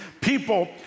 people